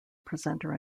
presenter